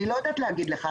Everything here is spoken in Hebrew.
אני לא יודעת להגיד לך.